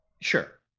Sure